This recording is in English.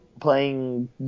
playing